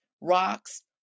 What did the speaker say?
rocks